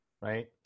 right